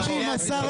שנייה,